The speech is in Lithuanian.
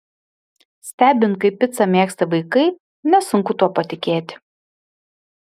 stebint kaip picą mėgsta vaikai nesunku tuo patikėti